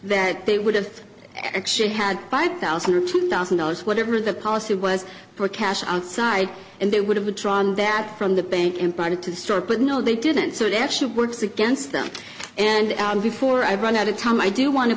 that they would have actually had five thousand or two thousand dollars whatever the policy was for cash outside and they would have drawn that from the bank imparted to start but no they didn't so it actually works against them and al before i run out of time i do wan